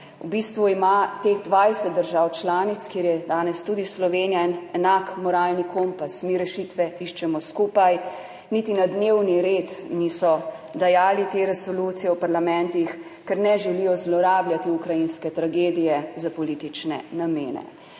V bistvu ima teh 20. držav članic, kjer je danes tudi Slovenija, en enak moralni kompas, mi rešitve iščemo skupaj. Niti na dnevni red niso dajali te resolucije v parlamentih, ker ne želijo zlorabljati ukrajinske tragedije za politične namene.